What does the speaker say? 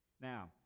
Now